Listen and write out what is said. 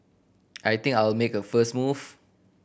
I think I'll make a first move